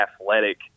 athletic